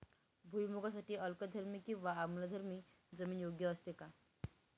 भुईमूगासाठी अल्कधर्मी किंवा आम्लधर्मी जमीन योग्य असते का?